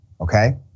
okay